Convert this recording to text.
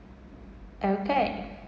okay